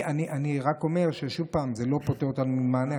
אני רק אומר, שוב, שזה לא פוטר אותנו ממענה.